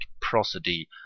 prosody